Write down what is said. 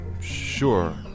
sure